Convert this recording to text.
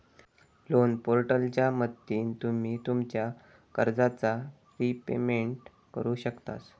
loan पोर्टलच्या मदतीन तुम्ही तुमच्या कर्जाचा प्रिपेमेंट करु शकतास